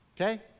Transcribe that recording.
okay